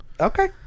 Okay